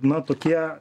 na tokie